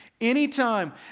Anytime